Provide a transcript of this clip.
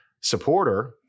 supporter